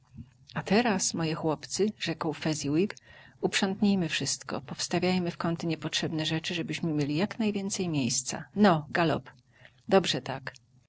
a teraz moje chłopcy rzekł fezziwig uprzątnijmy wszystko powstawiajmy w kąty niepotrzebne rzeczy żebyśmy mieli jak najwięcej miejsca no galop dobrze tak